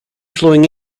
flowing